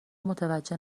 متوجه